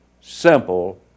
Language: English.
simple